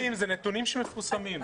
אלה נתונים שמפורסמים.